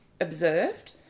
observed